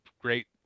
great